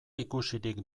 ikusirik